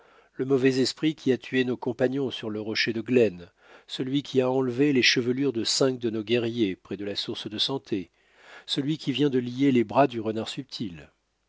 le mauvais esprit qui a tué nos compagnons sur le rocher de glen celui qui a enlevé les chevelures de cinq de nos guerriers près de la source de santé celui qui vient de lier les bras du renard subtil